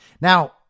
Now